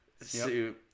suit